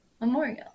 memorial